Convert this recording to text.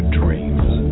dreams